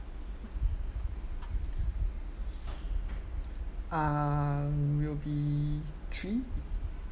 um will be three